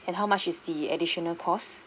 and how much is the additional cost